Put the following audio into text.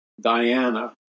Diana